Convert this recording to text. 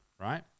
right